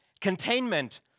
containment